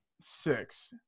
six